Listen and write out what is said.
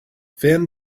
fan